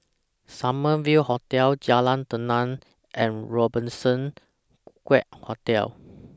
Summer View Hotel Jalan Tenang and Robertson Quay Hotel